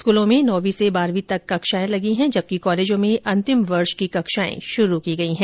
स्कूलों में नौंवी से बारहवीं तक कक्षाए लगी हैं जबकि कॉलेजों में अंतिम वर्ष की कक्षाए शुरू की गयी हैं